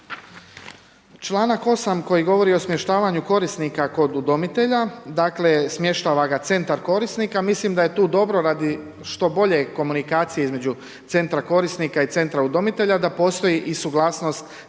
Članak 8 koji govori o smještavanja korisnika kod udomitelja, dakle, smještava ga centar korisnika, mislim da je tu dobro, radi što bolje komunikacije između centra korisnika i centra udomitelja, da postoji i suglasnost